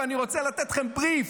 ואני רוצה לתת לכם בריף: